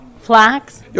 Flax